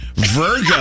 Virgo